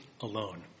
alone